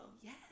Yes